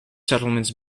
settlements